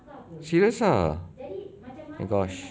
serious ah oh gosh